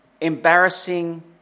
embarrassing